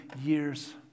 years